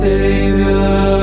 Savior